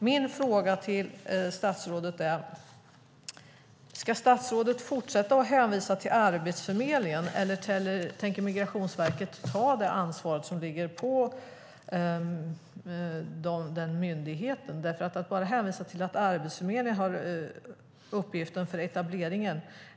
Min fråga till statsrådet är: Ska statsrådet fortsätta att hänvisa till Arbetsförmedlingen, eller tänker Migrationsverket ta det ansvar som ligger på den myndigheten? Det räcker inte i att bara hänvisa till att Arbetsförmedlingen har ansvaret för etableringen.